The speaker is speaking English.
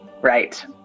right